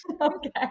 okay